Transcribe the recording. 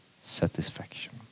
satisfaction